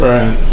Right